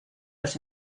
ese